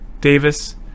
davis